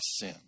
sin